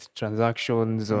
transactions